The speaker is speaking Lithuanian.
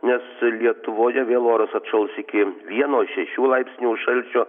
nes lietuvoje vėl oras atšals iki vieno šešių aipsnių šalčio